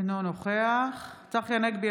אינו נוכח צחי הנגבי,